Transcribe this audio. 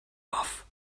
off